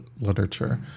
literature